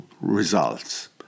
results